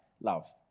love